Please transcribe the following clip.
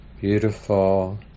beautiful